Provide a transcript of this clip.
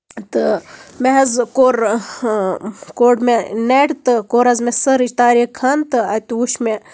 تہٕ مےٚ حظ کوٚر کوٚڑ مےٚ نیٹ تہٕ کوٚر حظ مےٚ سٔرٕچ طاریق خان تہٕ اَتہِ وٕچھ مےٚ